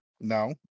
No